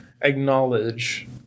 acknowledge